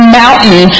mountain